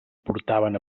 portaven